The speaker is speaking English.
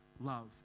love